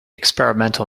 experimental